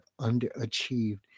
underachieved